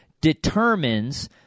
determines